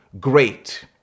great